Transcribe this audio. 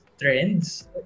trends